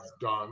done